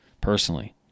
personally